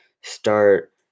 start